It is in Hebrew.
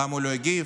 למה הוא לא הגיב?